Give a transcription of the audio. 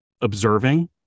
observing